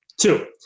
Two